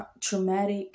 traumatic